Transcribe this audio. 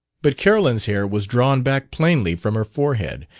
but carolyn's hair was drawn back plainly from her forehead,